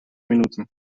minuten